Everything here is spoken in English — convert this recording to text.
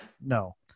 No